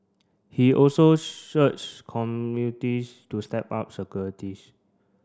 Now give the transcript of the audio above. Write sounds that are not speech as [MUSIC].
he also [UNINTELLIGIBLE] to step up securities